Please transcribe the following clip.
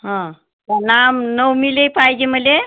हा हो रामनवमीला पाहिजे मला